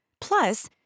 Plus